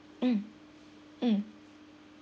mm mm